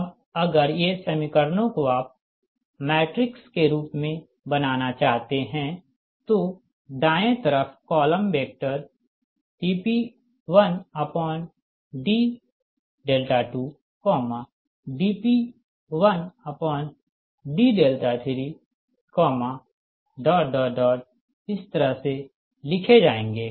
अबअगर ये समीकरणों को आप मैट्रिक्स के रूप में बनाना चाहते हैं तो दाएँ तरफ कॉलम वेक्टर dP1d2 dP1d3इस तरह से लिखें जाएंगे